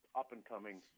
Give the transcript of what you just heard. up-and-coming